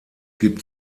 gibt